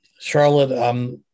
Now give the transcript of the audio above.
Charlotte